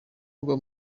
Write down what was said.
rwa